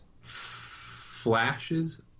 Flashes